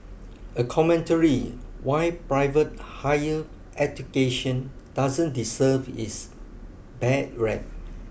a commentary why private higher education doesn't deserve its bad rep